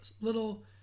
little